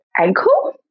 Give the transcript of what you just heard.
ankle